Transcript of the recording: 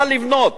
מה לבנות.